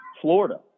Florida